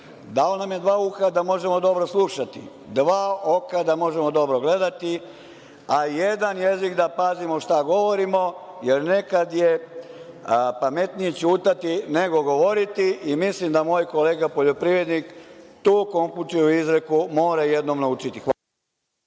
Dao nam je dva uha da možemo dobro slušati, dva oka da možemo dobro gledati, a jedan jezik da pazimo šta govorimo, jer nekad je pametnije ćutati nego govoriti i mislim da moj kolega poljoprivrednik tu Konfučijevu izreku mora jednom naučiti. Hvala.